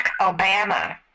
Obama